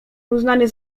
zostanie